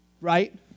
right